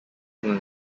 than